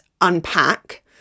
unpack